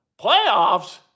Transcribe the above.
Playoffs